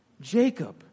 Jacob